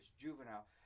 juvenile